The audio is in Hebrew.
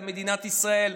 על מדינת ישראל,